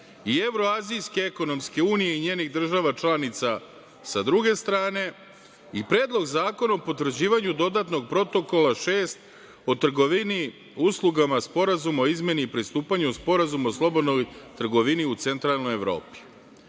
i Evroazijske ekonomske unije i njenih država članica sa druge strane i Predlog zakona o potvrđivanju dodatnog protokola 6. o trgovini uslugama Sporazuma o izmeni i pristupanju o Sporazumu o slobodnoj trgovini u Centralnoj Evropi. Znači,